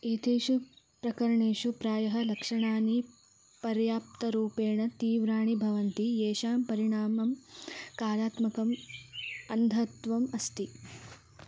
एतेषु प्रकरणेषु प्रायः लक्षणानि पर्याप्तरूपेण तीव्राणि भवन्ति येषां परिणामं कालात्मकम् अन्धत्वम् अस्ति